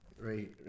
right